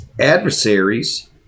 adversaries